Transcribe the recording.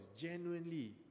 genuinely